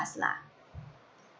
us lah